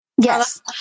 Yes